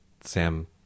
Sam